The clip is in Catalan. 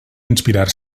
inspirar